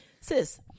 Sis